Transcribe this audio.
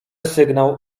sygnał